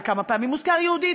וכמה פעמים מוזכר יהודית,